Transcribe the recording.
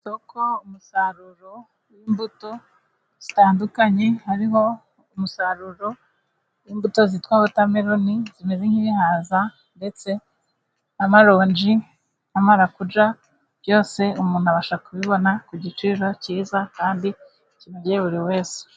Isoko umusaruro w'imbuto zitandukanye hariho umusaruro w'imbuto zitwa wotameloni zimeze nk'ibihaza, ndetse n'amaronji ,n'amarakuja byose umuntu abasha kubibona ku giciro cyiza kandi kinogeye buri wese.